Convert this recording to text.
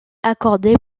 accordée